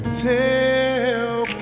tell